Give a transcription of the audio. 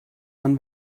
man